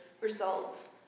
results